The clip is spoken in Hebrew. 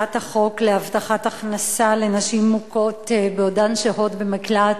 הצעת החוק להבטחת הכנסה לנשים מוכות בעודן שוהות במקלט